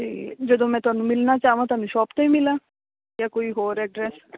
ਤੇ ਜਦੋਂ ਮੈਂ ਤੁਹਾਨੂੰ ਮਿਲਣਾ ਚਾਹਵਾਂ ਤੁਹਾਨੂੰ ਸ਼ੋਪ ਤੇ ਹੀ ਮਿਲਾ ਜਾਂ ਕੋਈ ਹੋਰ ਐਡਰੈਸ